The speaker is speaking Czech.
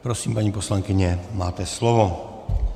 Prosím, paní poslankyně, máte slovo.